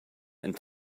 and